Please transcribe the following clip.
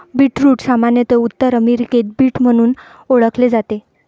beetroot सामान्यत उत्तर अमेरिकेत बीट म्हणून ओळखले जाते